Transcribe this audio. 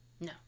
no